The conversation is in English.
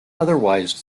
otherwise